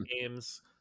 games